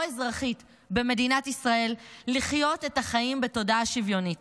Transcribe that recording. אזרחית במדינת ישראל לחיות את החיים בתודעה שוויונית.